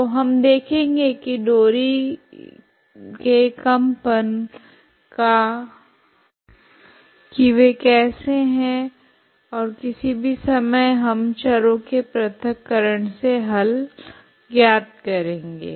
तो हम देखेगे की डोरी के कंपन कैसे है किसी भी समय हम चरो के प्रथक्करण से हल ज्ञात करेगे